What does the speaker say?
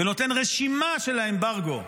ונותן רשימה של האמברגו האמריקני,